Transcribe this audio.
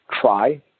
try